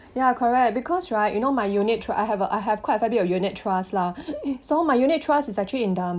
ya correct because right you know my unit tr~ I have a I have quite a fair bit of unit trust lah so my unit trust is actually in the